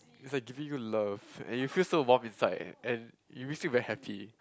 is like giving you love and you feel so warm inside and it makes you very happy